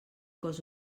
cos